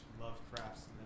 Lovecraft's